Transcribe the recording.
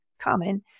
common